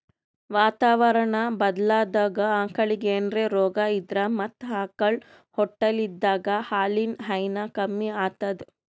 ವಾತಾವರಣಾ ಬದ್ಲಾದಾಗ್ ಆಕಳಿಗ್ ಏನ್ರೆ ರೋಗಾ ಇದ್ರ ಮತ್ತ್ ಆಕಳ್ ಹೊಟ್ಟಲಿದ್ದಾಗ ಹಾಲಿನ್ ಹೈನಾ ಕಮ್ಮಿ ಆತದ್